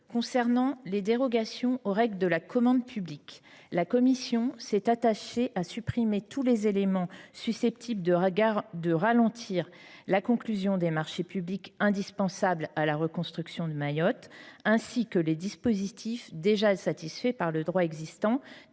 concerne les dérogations aux règles de la commande publique, la commission s’est attachée à supprimer du texte, d’une part, tous les éléments susceptibles de ralentir la conclusion des marchés publics indispensables à la reconstruction de Mayotte et, d’autre part, les dispositions déjà satisfaites par le droit existant,